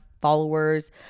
followers